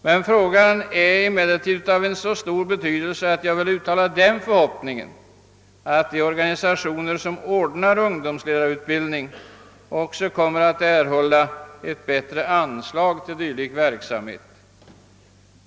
Men frågan är av så stor betydelse, att jag vill uttala förhoppningen att de organisationer som ordnar ungdomsledarutbildning också kommer att erhålla ett bättre anslag till dylik verksamhet.